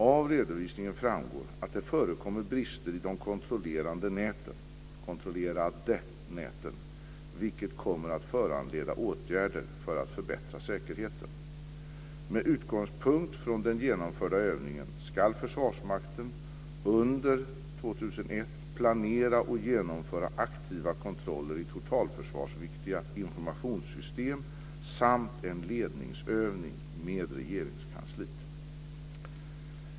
Av redovisningen framgår att det förekommer brister i de kontrollerade näten vilket kommer att föranleda åtgärder för att förbättra säkerheten. Försvarsmakten under 2001 planera och genomföra aktiva kontroller i totalförsvarsviktiga informationssystem samt en ledningsövning med Regeringskansliet.